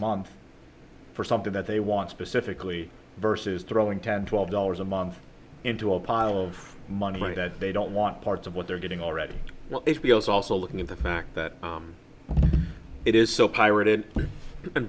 month for something that they want specifically versus throwing ten twelve dollars a month into a pile of money that they don't want parts of what they're getting already i was also looking at the fact that it is so pirated and